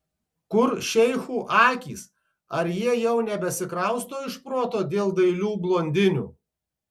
kur šeichų akys ar jie jau nebesikrausto iš proto dėl dailių blondinių